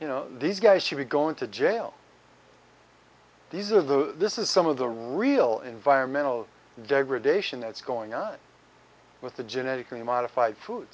you know these guys should be going to jail these are the this is some of the real environmental degradation that's going on with the genetically modified food